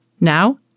Now